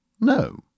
No